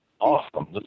Awesome